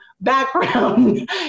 background